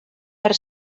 per